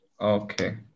Okay